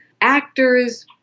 actors